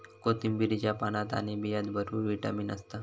कोथिंबीरीच्या पानात आणि बियांत भरपूर विटामीन असता